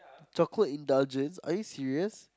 chocolate indulgence are you serious